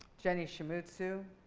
jenny shimizu.